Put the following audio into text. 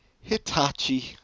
Hitachi